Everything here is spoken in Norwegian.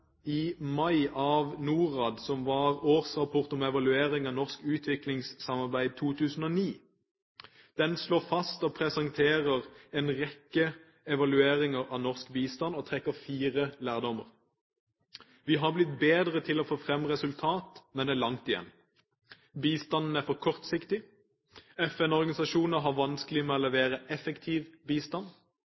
I mai la Norad fram sin årsrapport «Evaluering av norsk utviklingssamarbeid 2009». Den slår fast og presenterer en rekke evalueringer av norsk bistand og trekker fire lærdommer: Vi har blitt bedre til å få fram resultat, men det er langt igjen. Bistanden er for kortsiktig. FN-organisasjoner har vanskelig for å levere effektiv bistand.